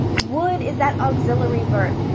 would is that auxiliary verb.